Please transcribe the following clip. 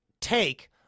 take